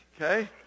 okay